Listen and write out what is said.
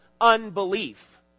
unbelief